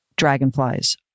Dragonflies